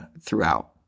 throughout